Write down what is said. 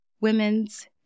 women's